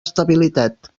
estabilitat